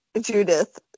Judith